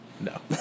No